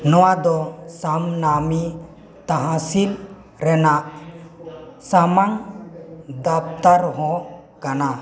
ᱱᱚᱣᱟ ᱫᱚ ᱥᱟᱢᱱᱟᱢᱤ ᱛᱟᱦᱟᱥᱤᱞ ᱨᱮᱱᱟᱜ ᱥᱟᱢᱟᱝ ᱫᱟᱯᱛᱚᱨ ᱦᱚᱸ ᱠᱟᱱᱟ